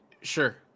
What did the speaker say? sure